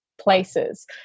places